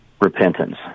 repentance